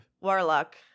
Warlock